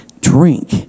drink